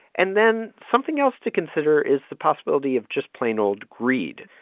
and then something else to consider is the possibility of just plain old greed.